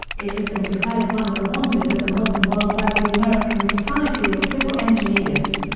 it has been declared one of the wonders of the modern world by the american society of civil engineers.